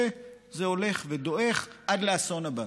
וזה הולך ודועך עד לאסון הבא.